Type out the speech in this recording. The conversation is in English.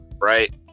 right